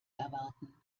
erwarten